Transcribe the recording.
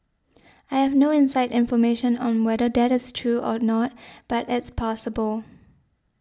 I have no inside information on whether that is true or not but it's possible